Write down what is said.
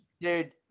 Dude